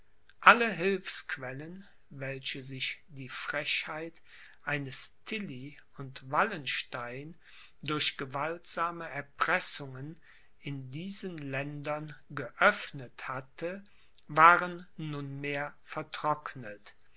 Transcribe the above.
alle hilfsquellen welche sich die frechheit eines tilly und wallenstein durch gewaltsame erpressungen in diesen ländern geöffnet hatte waren nunmehr vertrocknet